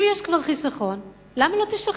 אם כבר יש חיסכון, למה לא תשחררו?